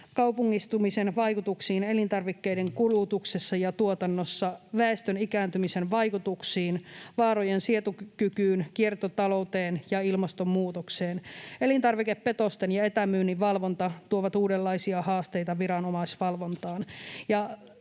kaupungistumisen vaikutuksiin elintarvikkeiden kulutuksessa ja tuotannossa, väestön ikääntymisen vaikutuksiin, vaarojen sietokykyyn, kiertotalouteen ja ilmastonmuutokseen. Elintarvikepetosten ja etämyynnin valvonta tuovat uudenlaisia haasteita viranomaisvalvontaan.